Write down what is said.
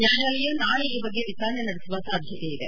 ನ್ಯಾಯಾಲಯ ನಾಳೆ ಈ ಬಗ್ಗೆ ವಿಚಾರಣೆ ನಡೆಸುವ ಸಾಧ್ಯತೆ ಇದೆ